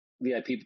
VIP